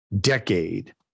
decade